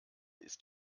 ist